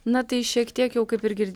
na tai šiek tiek jau kaip ir gir